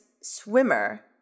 swimmer